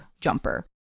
jumper